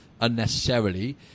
unnecessarily